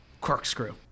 Corkscrew